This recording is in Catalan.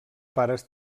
pares